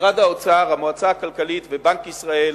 משרד האוצר, המועצה הכלכלית ובנק ישראל